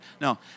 No